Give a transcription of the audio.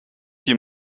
die